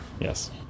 Yes